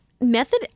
method